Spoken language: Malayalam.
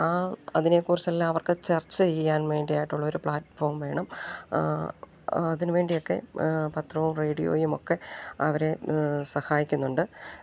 ആ അതിനെക്കുറിച്ചെല്ലാം അവർക്ക് ചർച്ച ചെയ്യാൻ വേണ്ടിയായിട്ടുള്ളൊരു പ്ലാറ്റ്ഫോം വേണം അതിനു വേണ്ടിയൊക്കെ പത്രവും റേഡിയോയും ഒക്കെ അവരെ സഹായിക്കുന്നുണ്ട്